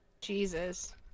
Jesus